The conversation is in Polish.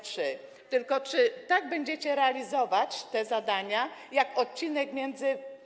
Tylko czy tak będziecie realizować te zadania, jak odcinek między